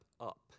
up